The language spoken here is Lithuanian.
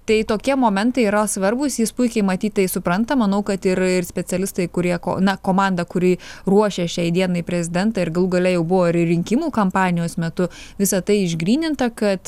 tai tokie momentai yra svarbūs jis puikiai matyt tai supranta manau kad ir ir specialistai kurie ko na komanda kuri ruošė šiai dienai prezidentą ir galų gale jau buvo ir rinkimų kampanijos metu visa tai išgryninta kad